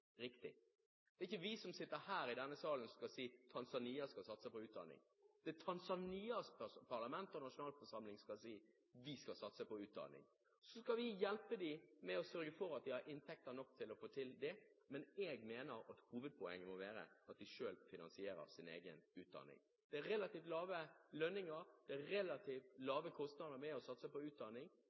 Det er Tanzanias parlament og nasjonalforsamling som skal si at de skal satse på utdanning. Så skal vi hjelpe dem ved å sørge for at de har inntekter nok til å få det til. Men jeg mener at hovedpoenget må være at de selv finansierer sin egen utdanning. Det er relativt lave lønninger. Det er relativt lave kostnader med å satse på utdanning